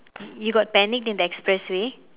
you you got panicked in the expressway